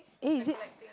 eh is it